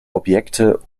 objekte